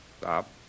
Stop